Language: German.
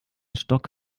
stock